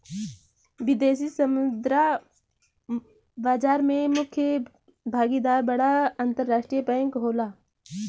विदेशी मुद्रा बाजार में मुख्य भागीदार बड़ा अंतरराष्ट्रीय बैंक होला